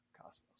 cosmos